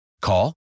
Call